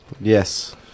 Yes